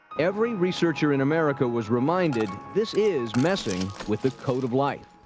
every researcher in america was reminded this is messing with the code of life.